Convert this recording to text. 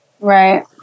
Right